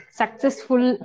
successful